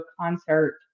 concert